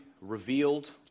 revealed